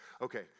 Okay